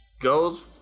goes